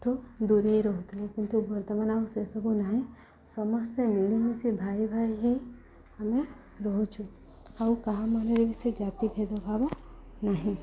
ଠୁ ଦୂରେଇ ରହୁଥିଲେ କିନ୍ତୁ ବର୍ତ୍ତମାନ ଆଉ ସେସବୁ ନାହିଁ ସମସ୍ତେ ମିଳିମିଶି ଭାଇ ଭାଇ ହେଇ ଆମେ ରହୁଛୁ ଆଉ କାହା ମନରେ ବି ସେ ଜାତି ଭେଦଭାବ ନାହିଁ